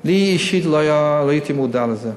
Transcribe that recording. לי, אישית, לא הייתי מודע לזה,